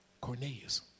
Cornelius